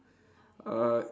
uh